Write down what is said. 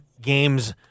games